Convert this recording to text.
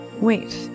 Wait